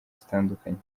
zitandukanye